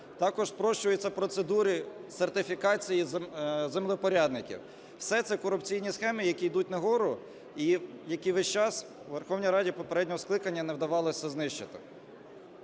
Також спрощуються процедури сертифікації землевпорядників. Все це корупційні схеми, які йдуть нагору і які весь час у Верховній Раді попереднього скликання не вдавалося знищити.